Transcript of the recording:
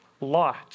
light